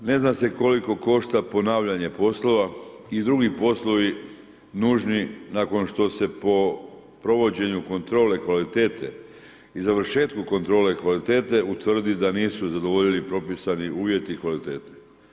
Ne zna se koliko košta ponavljanje poslova i drugi poslovi nužni nakon što se po provođenju kontrole kvalitete i završetku kontrole kvalitete utvrdi da nisu zadovoljili propisani uvjeti kvalitete.